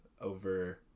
over